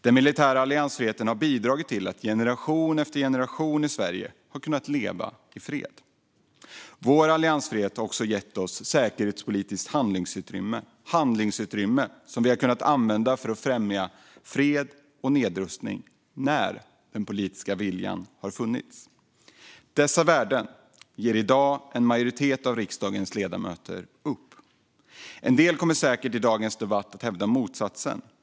Den militära alliansfriheten har bidragit till att generation efter generation i Sverige kunnat leva i fred. Vår alliansfrihet har också gett oss säkerhetspolitiskt handlingsutrymme som vi har kunnat använda för att främja fred och nedrustning när den politiska viljan har funnits. Dessa värden ger i dag en majoritet av riksdagens ledamöter upp. En del kommer säkert i dagens debatt att hävda motsatsen.